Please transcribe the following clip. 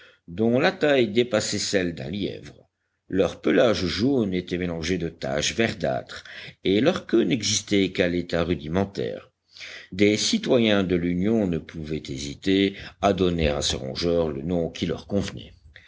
dont la taille dépassait celle d'un lièvre leur pelage jaune était mélangé de taches verdâtres et leur queue n'existait qu'à l'état rudimentaire des citoyens de l'union ne pouvaient hésiter à donner à ces rongeurs le nom qui leur convenait